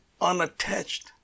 unattached